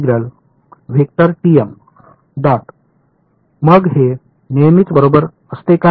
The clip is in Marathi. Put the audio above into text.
मग हे नेहमीच बरोबर असते का